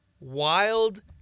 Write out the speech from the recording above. wild